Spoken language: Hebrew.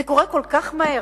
זה קורה כל כך מהר.